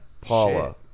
Paula